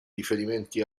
riferimenti